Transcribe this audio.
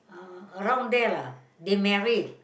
uh around there lah they married